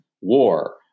war